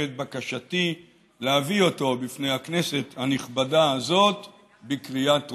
את בקשתי להביא אותו לפני הכנסת הנכבדה הזאת לקריאה טרומית.